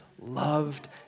loved